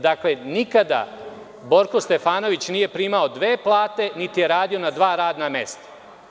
Dakle, nikada Borko Stefanović nije primao dve plate niti je radio na dva radna mesta.